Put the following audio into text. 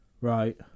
Right